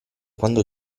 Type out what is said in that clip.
quando